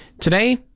Today